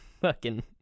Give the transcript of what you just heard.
fucking-